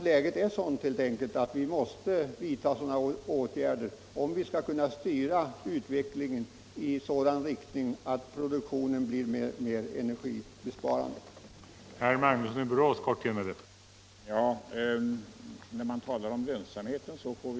Läget är helt enkelt sådant att vi måste vidta sådana här åtgärder om vi skall kunna styra utvecklingen i riktning mot en mer energibesparande produktion.